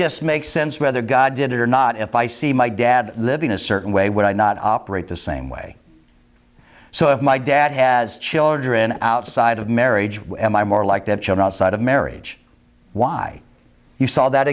just makes sense whether god did it or not if i see my dad living a certain way would i not operate the same way so if my dad has children outside of marriage where am i more like that child outside of marriage why you saw that